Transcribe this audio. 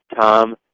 Tom